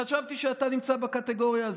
כשחשבתי שאתה נמצא בקטגוריה הזו,